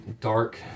dark